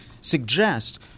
suggest